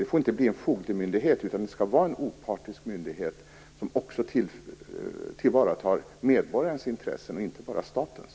Den får inte bli en fogdemyndighet, utan den skall vara en opartisk myndighet som också tillvaratar medborgarnas intressen, inte bara statens.